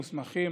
מוסמכים,